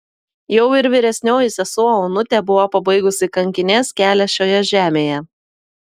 jau ir vyresnioji sesuo onutė buvo pabaigusi kankinės kelią šioje žemėje